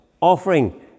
Offering